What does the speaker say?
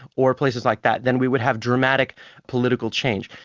or places like that then we would have dramatic political change.